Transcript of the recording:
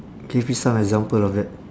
give me some example of that